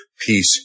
Peace